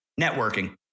Networking